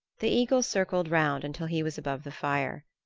the eagle circled round until he was above the fire.